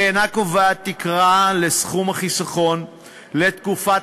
היא אינה קובעת תקרה לסכום החיסכון ולתקופת